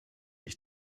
ich